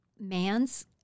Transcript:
Man's